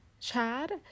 Chad